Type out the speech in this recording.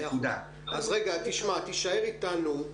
תישאר איתנו.